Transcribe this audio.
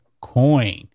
coin